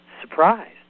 surprised